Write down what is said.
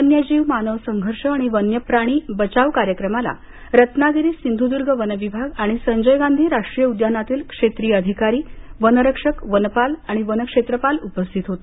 वन्य जीव मानव संघर्ष आणि वन्यप्राणी बचाव कार्यक्रमाला रत्नागिरी सिंधुदूर्ग वनविभाग आणि संजय गांधी राष्ट्रीय उद्यानातील क्षेत्रिय अधिकारी वनरक्षक वनपाल आणि वनक्षेत्रपाल उपस्थित होते